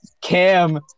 Cam